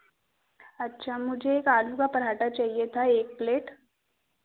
अच्छा मुझे एक आलू का पराँठा चाहिए था एक प्लेट